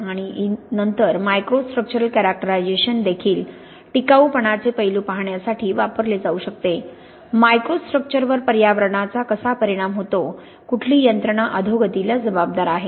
आणि नंतर microstructural characterisation देखील टिकाऊपणाचे पैलू पाहण्यासाठी वापरले जाऊ शकते मायक्रोस्ट्रक्चरवर पर्यावरणाचा कसा परिणाम होतो कुठली यंत्रणा अधोगतीला जबाबदार आहे